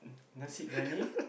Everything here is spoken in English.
Nasi-Biryani